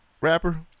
rapper